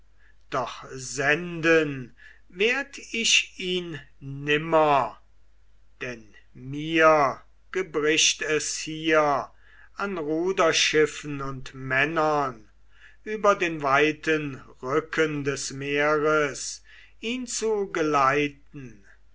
doch senden werd ich ihn nimmer denn mir gebricht es hier an ruderschiffen und männern über den weiten rücken des meeres ihn zu geleiten